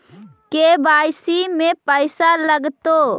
KYC में पैसा लगतै?